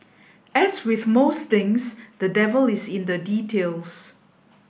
as with most things the devil is in the details